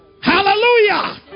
Hallelujah